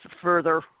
further